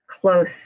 close